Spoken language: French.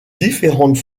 différentes